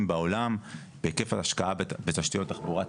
בעולם בהיקף השקעה בתשתיות תחבורה ציבורית.